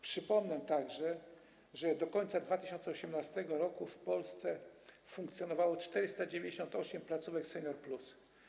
Przypomnę także, że do końca 2018 r. w Polsce funkcjonowało 498 placówek Senior+.